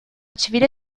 civile